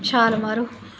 ਛਾਲ ਮਾਰੋ